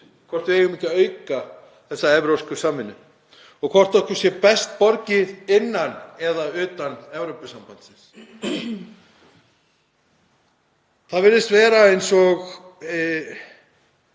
hvort við eigum ekki að auka þessa evrópsku samvinnu og hvort okkur sé best borgið innan eða utan Evrópusambandsins. Það virðist vera eins og